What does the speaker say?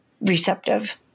receptive